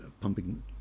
pumping